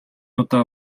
удаа